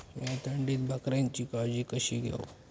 मीया थंडीत बकऱ्यांची काळजी कशी घेव?